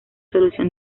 solución